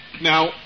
Now